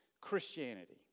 Christianity